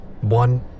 One